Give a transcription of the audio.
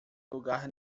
lugar